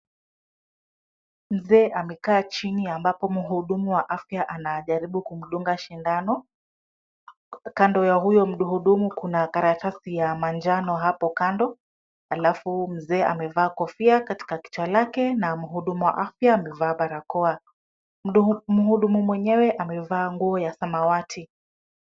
Mzee amekaa chini ambapo mhudumu wa afya anajaribu kumdunga sindano , kando ya huyo mhudumu kuna karatasi ya manjano hapo kando alafu mzee amevaa kofia katika kichwa lake na mhudumu wa afya amevaa barakoa. Mhudumu mwenyewe amevaa nguo ya samawati.